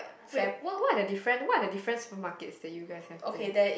wait what what are the different what are the different supermarkets that you guys have there